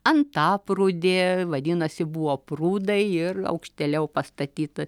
antaprūdė vadinasi buvo prūdai ir aukštėliau pastatyta